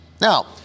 Now